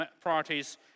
priorities